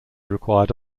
required